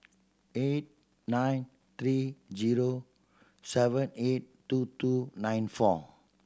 eight nine three zero seven eight two two nine four